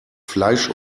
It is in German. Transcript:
fleisch